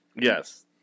Yes